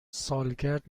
سالگرد